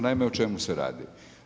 Naime o čemu se radi?